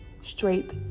straight